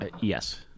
Yes